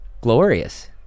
glorious